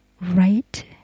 Right